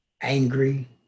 Angry